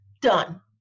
Done